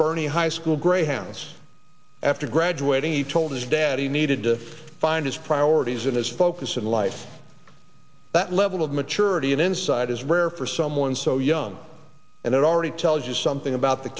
bernie high school greyhounds after graduating he told his dad he needed to find his priorities in his focus in life that level of maturity and insight is rare for someone so young and they're already tell you something about the